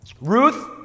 Ruth